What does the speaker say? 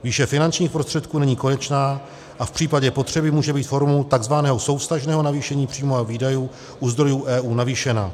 Výše finančních prostředků není konečná a v případě potřeby může být formou tzv. souvztažného navýšení příjmů a výdajů u zdrojů EU navýšena.